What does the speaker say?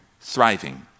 thriving